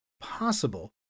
possible